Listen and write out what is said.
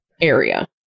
area